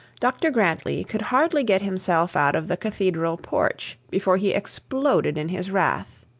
dr grantly could hardly get himself out of the cathedral porch before he exploded in his wrath.